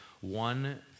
one